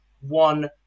one